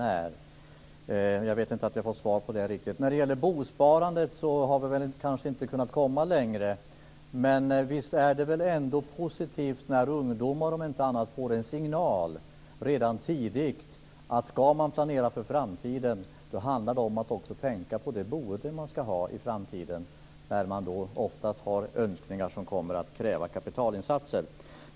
Vi har kanske inte kunnat komma längre när det gäller bosparandet, men visst är det positivt att ungdomar redan tidigt får en signal om att planera för framtiden och att det då också handlar om att tänka på sitt framtida boende, som ofta kommer att kräva kapitalinsatser.